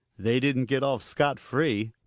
they didn't get off scot-free.